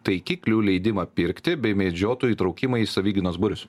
taikiklių leidimą pirkti bei medžiotojų įtraukimą į savigynos būrius